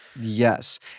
Yes